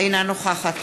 אינה נוכחת